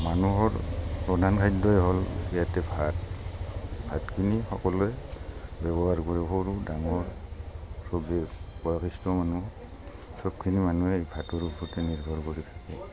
মানুহৰ প্ৰধান খাদ্যই হ'ল ইয়াতে ভাত ভাতখিনি সকলোৱে ব্যৱহাৰ কৰিব আৰু ডাঙৰ চবে বয়সষ্ঠ মানুহ চবখিনি মানুহেই ভাতৰ ওপৰতেই নিৰ্ভৰ কৰি থাকে